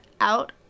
out